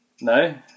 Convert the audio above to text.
No